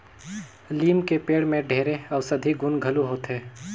लीम के पेड़ में ढेरे अउसधी गुन घलो होथे